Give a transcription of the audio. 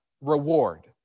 reward